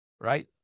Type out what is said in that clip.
right